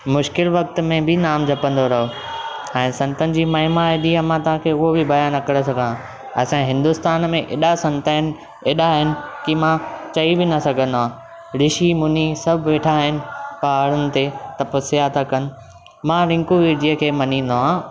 मुश्किल वक़्त में बि नाम जपंदा रहो ऐं संतनि जी महिमा ऐॾी आ मां तव्हां खे ही बि बयान न करे सघां असां जे हिन्दुस्तान में ऐॾा संत आहिनि ऐॾा अहिनि कि मां चई बि न सघंदो आं रिशी मुनी सभु वेठा आहिनि पहाड़नि ते तपस्या था कनि मां रिंकू वीर जीअ खे मञींदो आ